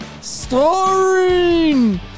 Starring